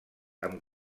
amb